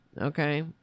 okay